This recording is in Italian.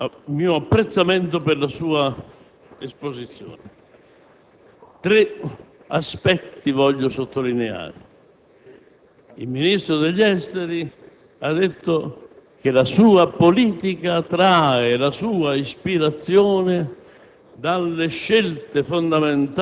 al documento della maggioranza. Lo esprimo specificando che il documento è della maggioranza, perché credo che la politica estera debba avere una base definita,